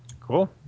Cool